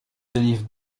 délivre